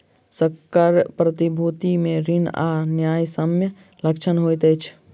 संकर प्रतिभूति मे ऋण आ न्यायसम्य लक्षण होइत अछि